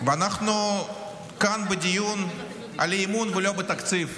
ואנחנו כאן בדיון על אי-אמון ולא בתקציב.